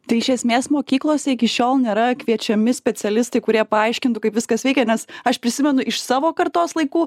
tai iš esmės mokyklose iki šiol nėra kviečiami specialistai kurie paaiškintų kaip viskas veikia nes aš prisimenu iš savo kartos laikų